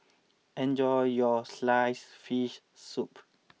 enjoy your Sliced Fish Soup